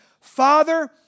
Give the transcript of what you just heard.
Father